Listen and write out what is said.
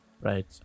Right